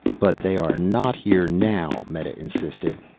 but they are not here now, meta insisted.